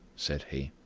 said he.